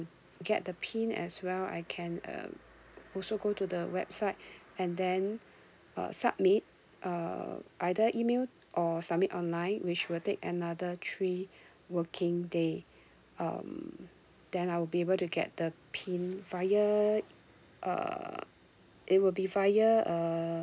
get the PIN as well I can um also go to the website and then uh submit uh either email or submit online which will take another three working day um then I'll be able to get the PIN via uh it will be via uh